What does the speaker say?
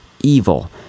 evil